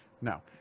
No